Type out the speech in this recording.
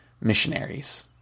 missionaries